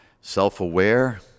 self-aware